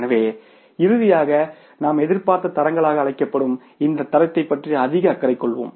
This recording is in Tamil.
எனவே இறுதியாக நாம் எதிர்பார்த்த தரங்களாக அழைக்கப்படும் இந்த தரத்தைப் பற்றி அதிக அக்கறை கொள்வோம்